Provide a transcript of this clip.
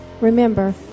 Remember